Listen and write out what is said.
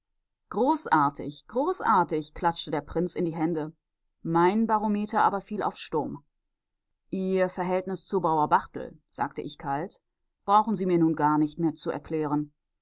großartig großartig klatschte der prinz in die hände mein barometer aber fiel auf sturm ihr verhältnis zu bauer barthel sagte ich kalt brauchen sie mir nun nicht mehr zu erklären